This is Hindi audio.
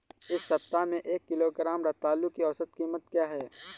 इस सप्ताह में एक किलोग्राम रतालू की औसत कीमत क्या है?